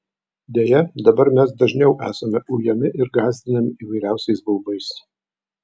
deja dabar mes dažniau esame ujami ir gąsdinami įvairiausiais baubais